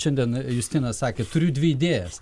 šiandien justinas sakė turiu dvi idėjas